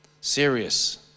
serious